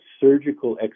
surgical